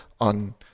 on